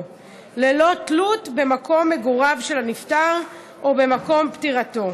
ללא תלות במקום מגוריו של הנפטר או במקום פטירתו,